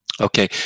Okay